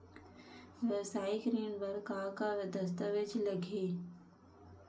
वेवसायिक ऋण बर का का दस्तावेज लगही?